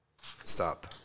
stop